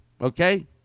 Okay